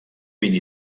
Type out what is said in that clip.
vint